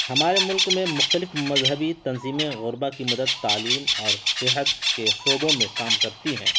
ہمارے ملک میں مختلف مذہبی تنظیمیں غربہ کی مدد تعلیم اور صحت کے شعبوں میں کام کرتی ہیں